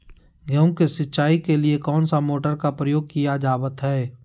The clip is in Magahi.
गेहूं के सिंचाई के लिए कौन सा मोटर का प्रयोग किया जावत है?